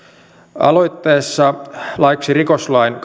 aloitteessa laiksi rikoslain